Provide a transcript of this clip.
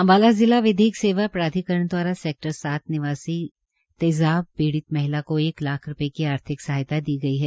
अम्बाला जिला विधिक सेवा प्राधिकरण द्वारा सैक्टर सात निवासी तेज़ाब पीडित महिला को एक लाख रूपये की आर्थिक सहायता दी गई है